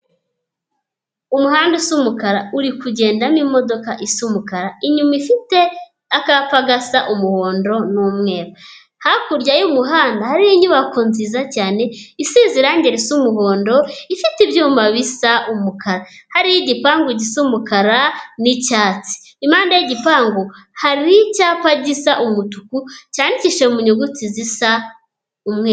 Umuhanda usa umukara uri kugendamo imodoka isa umukara, inyuma ifite akapa gasa umuhondo n'umweru, hakurya y'umuhanda hariyo inyubako nziza cyane isize irangi risa umuhondo, ifite ibyuma bisa umukara, hariho igipangu gisa umukara n'icyatsi. Impande y'igipangu hari icyapa gisa umutuku, cyandikishije mu nyuguti zisa umweru.